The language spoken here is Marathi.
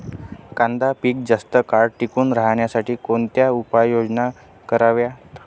कांदा पीक जास्त काळ टिकून राहण्यासाठी कोणत्या उपाययोजना कराव्यात?